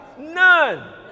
none